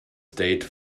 state